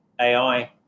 AI